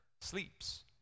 sleeps